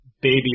baby